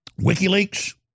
WikiLeaks